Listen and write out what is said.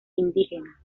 indígenas